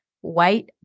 White